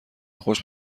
خوش